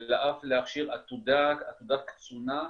אלא להכשיר עתודת קצונה,